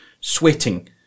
sweating